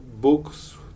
books